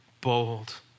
bold